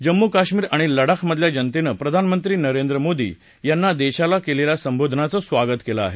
जम्मू कश्मीर आणि लडाखमधल्या जनतेनं प्रधानमंत्री नरेंद्र मोदी यांनी देशाला केलेल्या संबोधनाचं स्वागत केलं आहे